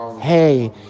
hey